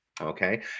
okay